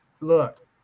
Look